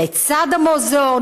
לצד המוזיאון,